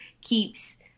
keeps